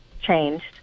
changed